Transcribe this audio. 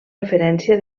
referència